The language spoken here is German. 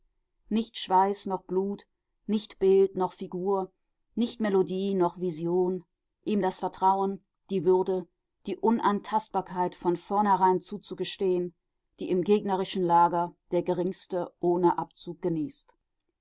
nicht schweiß noch blut nicht bild noch figur nicht melodie noch vision ihm das vertrauen die würde die unantastbarkeit von vornherein zuzugestehen die im gegnerischen lager der geringste ohne abzug genießt